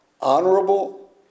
honorable